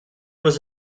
was